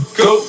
go